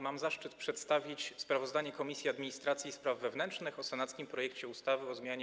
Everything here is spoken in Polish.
Mam zaszczyt przedstawić sprawozdanie Komisji Administracji i Spraw Wewnętrznych o senackim projekcie ustawy o zmianie